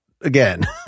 again